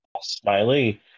Smiley